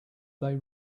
they